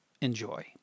Enjoy